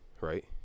right